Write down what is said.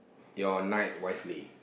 your night wisely